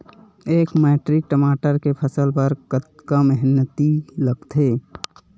एक मैट्रिक टमाटर के फसल बर कतका मेहनती लगथे?